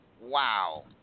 wow